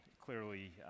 clearly